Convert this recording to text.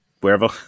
wherever